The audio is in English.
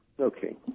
Okay